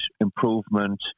improvement